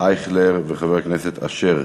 אייכלר, וחבר הכנסת אשר.